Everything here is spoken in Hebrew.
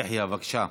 יחיא, בבקשה.